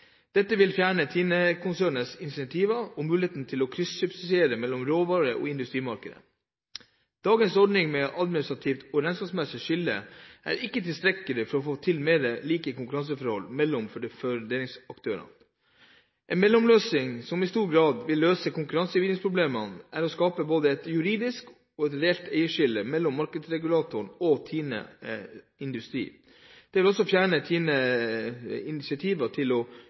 Dette vil fjerne TINE-konsernets incentiver og muligheter til å kryssubsidiere mellom råvare- og industrimarkedet. Dagens ordning med et administrativt og regnskapsmessig skille er ikke tilstrekkelig for å få til mer like konkurranseforhold mellom foredlingsaktørene. En mellomløsning som i stor grad vil løse konkurransevridningsproblemene, er å skape både et juridisk og reelt eierskille mellom markedsregulatoren og TINE Industri. Det vil også fjerne TINEs incentiver til å